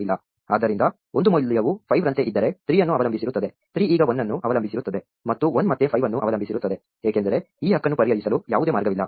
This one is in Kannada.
ಆದ್ದರಿಂದ ಒಂದು ಮೌಲ್ಯವು 5 ರಂತೆ ಇದ್ದರೆ 3 ಅನ್ನು ಅವಲಂಬಿಸಿರುತ್ತದೆ 3 ಈಗ 1 ಅನ್ನು ಅವಲಂಬಿಸಿರುತ್ತದೆ ಮತ್ತು 1 ಮತ್ತೆ 5 ಅನ್ನು ಅವಲಂಬಿಸಿರುತ್ತದೆ ಏಕೆಂದರೆ ಈ ಹಕ್ಕನ್ನು ಪರಿಹರಿಸಲು ಯಾವುದೇ ಮಾರ್ಗವಿಲ್ಲ